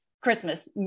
christmas